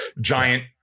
giant